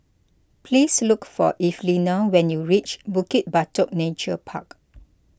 please look for Evelina when you reach Bukit Batok Nature Park